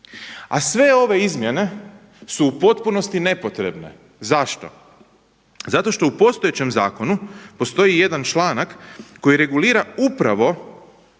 A sve ove izmjene su u potpunosti nepotrebne. Zašto? Zato što u postojećem zakonu postoji jedan članak koji regulira upravo